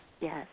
Yes